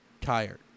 Tired